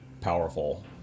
powerful